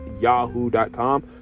yahoo.com